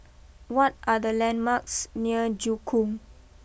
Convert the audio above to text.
what are the landmarks near Joo Koon